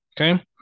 Okay